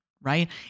right